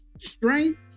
Strength